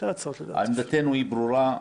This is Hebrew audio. עמדתנו היא ברורה,